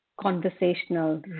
conversational